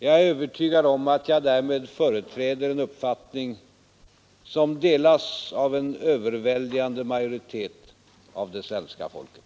Jag är övertygad om att jag därmed företräder en uppfattning som delas av en överväldigande majoritet av det svenska folket.